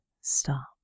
stop